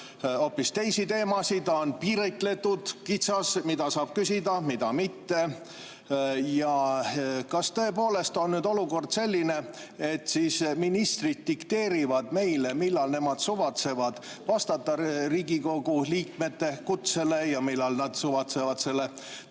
hoopis teisi teemasid, on piiritletud, kitsas, mida saab küsida, mida mitte. Kas tõepoolest on olukord selline, et ministrid dikteerivad meile, millal nemad suvatsevad vastata Riigikogu liikmete kutsele ja millal nad suvatsevad selle tagasi